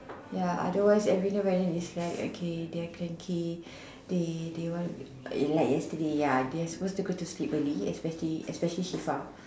ya otherwise every night it's like okay they are cranky they they want like yesterday ya they are supposed to go to sleep early especially especially Shifa